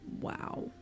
Wow